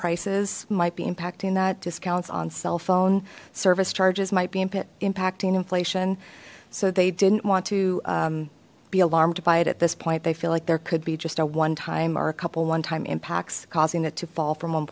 prices might be impacting that discounts on cell phone service charges might be impacting inflation so they didn't want to be alarmed by it at this point they feel like there could be just a one time or a couple one time impacts causing it to fall from one